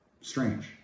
Strange